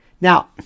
Now